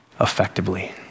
effectively